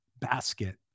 basket